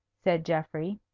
said geoffrey.